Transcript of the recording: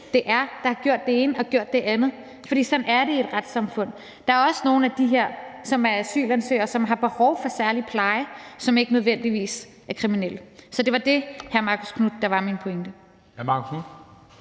det er, der har gjort det ene og det andet, for sådan er det i et retssamfund. Der er også nogle af de her mennesker, som er asylansøgere, og som har behov for særlig pleje, og som ikke nødvendigvis er kriminelle. Det var det, der var min pointe,